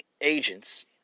agents